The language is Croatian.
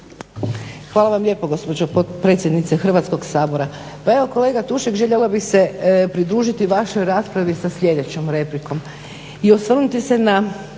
Hvala vam lijepo gospođo potpredsjednice Hrvatskog sabora. Pa evo kolega Tušek željela bih se pridružiti vašoj raspravi sa sljedećom replikom